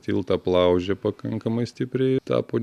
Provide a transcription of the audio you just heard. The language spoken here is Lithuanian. tiltą aplaužė pakankamai stipriai tapo